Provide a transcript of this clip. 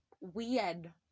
weird